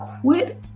quit